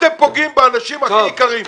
אתם פוגעים באנשים הכי יקרים.